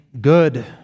good